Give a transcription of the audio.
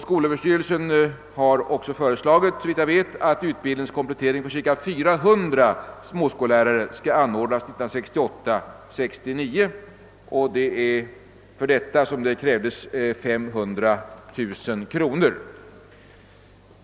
Skolöverstyrelsen har föreslagit att utbildningskomplettering för cirka 400 småskollärare skall anordnas 1968/69, och härför krävs 500 000 kronor.